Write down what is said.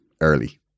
early